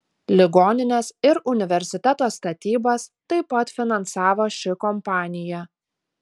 ligoninės ir universiteto statybas taip pat finansavo ši kompanija